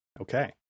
okay